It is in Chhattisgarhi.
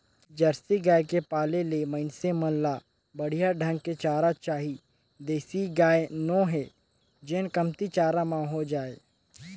जरसी गाय के पाले ले मइनसे मन ल बड़िहा ढंग के चारा चाही देसी गाय नो हय जेन कमती चारा म हो जाय